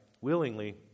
willingly